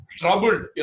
troubled